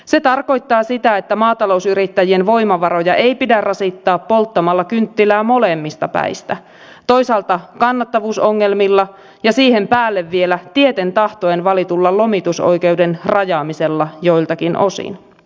se tarkoittaa sitä että maatalousyrittäjien voimavaroja ei pidä rasittaa polttamalla kynttilää molemmista päistä toisaalta kannattavuusongelmilla ja siihen päälle vielä tieten tahtoen valitulla lomitusoikeuden rajaamisella joiltakin osin